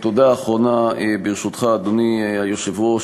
תודה אחרונה, ברשותך, אדוני היושב-ראש,